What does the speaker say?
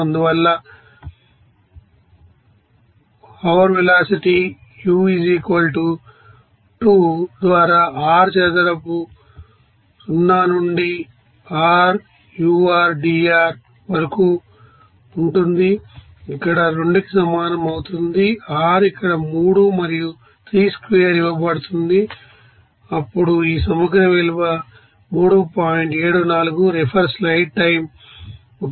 అందువల్ల హౌర్ velocity u 2 ద్వారా r చదరపు 0 నుండి r ur dr వరకు ఉంటుంది ఇక్కడ 2 కి సమానం అవుతుంది r ఇక్కడ 3 మరియు 3స్క్వేర్ ఇవ్వబడుతుంది అప్పుడు ఈ సమగ్ర విలువ 3